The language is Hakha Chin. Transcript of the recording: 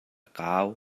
kau